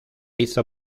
hizo